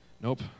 nope